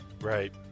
Right